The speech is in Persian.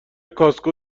کاسکو